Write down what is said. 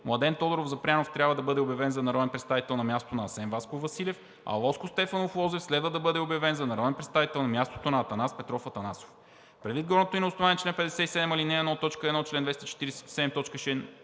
Младен Тодоров Запрянов трябва да бъде обявен за народен представител на мястото на Асен Васков Василев, а Лозко Стефанов Лозев следва да бъде обявен за народен представител на мястото на Атанас Петров Атанасов. Предвид горното и на основание чл. 57, ал. 1, т. 1, чл. 247,